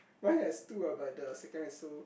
mine has two ah but the second